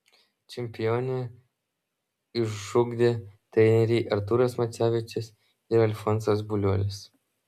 čempionę išugdė treneriai artūras macevičius ir alfonsas buliuolis